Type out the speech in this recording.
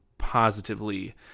positively